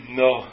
no